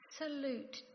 absolute